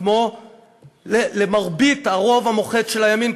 כמו לרוב המוחץ של הימין,